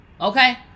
Okay